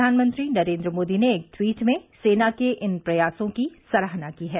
प्रधानमंत्री नरेन्द्र मोदी ने एक ट्वीट में सेना के इन प्रयासों की सराहना की है